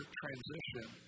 transition